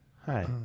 Hi